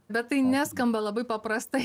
bet tai neskamba labai paprastai